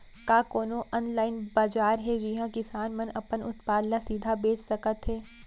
का कोनो अनलाइन बाजार हे जिहा किसान मन अपन उत्पाद ला सीधा बेच सकत हे?